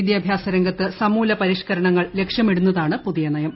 വിദ്യാഭ്യാസ രംഗത്ത് സമൂല പരിഷ്കരണങ്ങൾ ലക്ഷ്യമിടുന്നതാണ് പുതിയ നയം